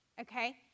Okay